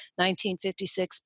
1956